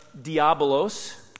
diabolos